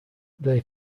they